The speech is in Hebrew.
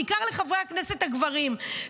בעיקר לחברי הכנסת הגברים,